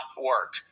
work